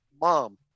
mom